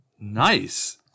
Nice